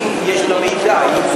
האם יש לה מידע?